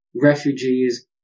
refugees